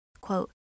quote